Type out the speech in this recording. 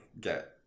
get